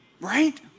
right